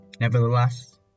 Nevertheless